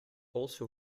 also